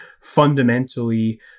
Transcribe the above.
fundamentally